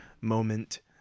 moment